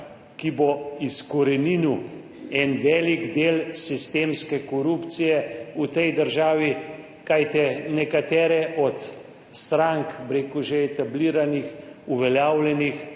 ki bo izkoreninil en velik del sistemske korupcije v tej državi, kajti nekatere od strank, bi rekel že etabliranih, uveljavljenih,